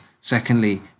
secondly